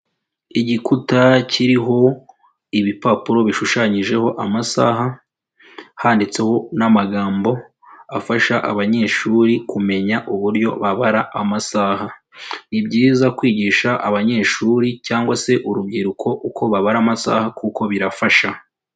Igikuta kiriho ibipapuro bishushanyijeho amasaha, handitseho n'amagambo afasha abanyeshuri kumenya uburyo babara amasaha. Ni byiza kwigisha abanyeshuri cyangwa se urubyiruko uko babara amasaha kuko birafasha.